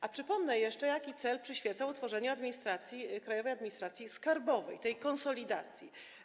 A przypomnę jeszcze, jaki cel przyświecał utworzeniu Krajowej Administracji Skarbowej, tej konsolidacji.